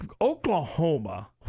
Oklahoma